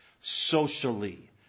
socially